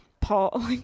Paul